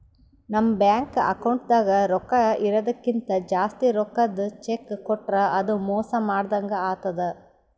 ನಮ್ ಬ್ಯಾಂಕ್ ಅಕೌಂಟ್ದಾಗ್ ರೊಕ್ಕಾ ಇರದಕ್ಕಿಂತ್ ಜಾಸ್ತಿ ರೊಕ್ಕದ್ ಚೆಕ್ಕ್ ಕೊಟ್ರ್ ಅದು ಮೋಸ ಮಾಡದಂಗ್ ಆತದ್